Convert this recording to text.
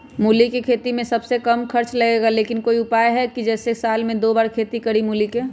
मूली के खेती में सबसे कम खर्च लगेला लेकिन कोई उपाय है कि जेसे साल में दो बार खेती करी मूली के?